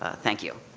thank you.